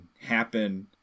happen